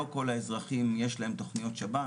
לא לכל האזרחים יש להם תכניות שב"ן,